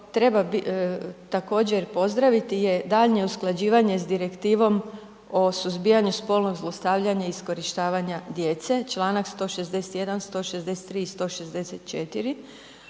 treba također pozdraviti je daljnje usklađivanje sa Direktivom o suzbijanju spolnog zlostavljanja i iskorištavanja djece, čl. 161., 163., 164.,